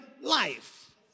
life